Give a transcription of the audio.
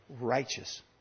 righteous